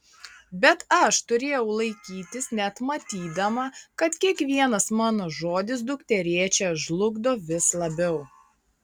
bet aš turėjau laikytis net matydama kad kiekvienas mano žodis dukterėčią žlugdo vis labiau